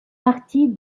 partie